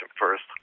first